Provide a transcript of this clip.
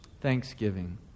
Thanksgiving